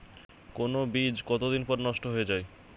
কোন বীজ কতদিন পর নষ্ট হয়ে য়ায়?